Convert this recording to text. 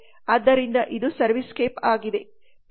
ಆದ್ದರಿಂದ ಇದು ಸರ್ವಿಸ್ಕೇಪ್ ಆಗಿದೆ